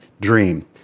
dream